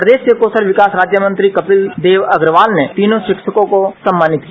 प्रदेश के कौशल विकास राज्य मंत्री कपिलदेव अग्रवाल ने तीनों शिक्षकों को सम्मानित किया